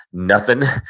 nothing.